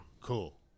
Cool